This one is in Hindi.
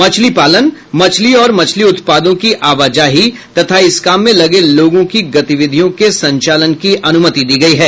मछली पालन मछली और मछली उत्पादों की आवाजाही तथा इस काम में लगे लोगों की गतिविधियों के संचालन की अनुमति दी गई है